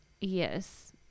Yes